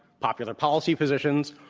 popular policy positions,